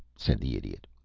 said the idiot.